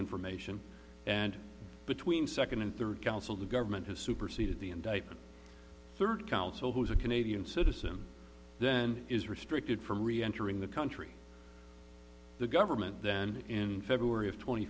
information and between second and third counsel the government has superseded the indictment third counsel who is a canadian citizen then is restricted from reentering the country the government then in february of tw